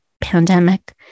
pandemic